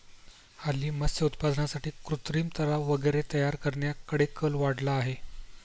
हल्ली मत्स्य उत्पादनासाठी कृत्रिम तलाव वगैरे तयार करण्याकडे कल वाढतो आहे